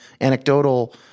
anecdotal